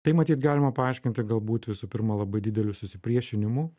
tai matyt galima paaiškinti galbūt visų pirma labai dideliu susipriešinimu